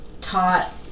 taught